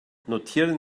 notieren